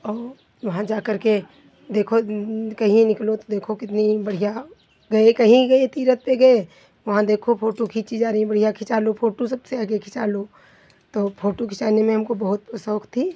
और वहाँ जाकर के देखो कहीं निकलो तो देखो कितनी बढ़िया गए कहीं गए तीर्थ पे गए वहाँ देखो फोटू खींची जा रही है बढ़िया खिंचा लो फोटू सबसे आगे खिंचा लो तो फोटू खिंचाने में हमको बहुत शौक थी